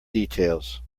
details